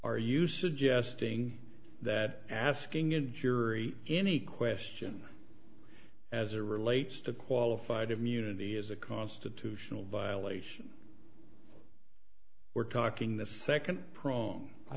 suggesting that asking a jury any question as a relates to qualified immunity is a constitutional violation we're talking the second prong i